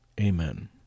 Amen